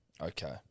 Okay